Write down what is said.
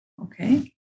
okay